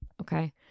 Okay